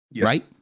right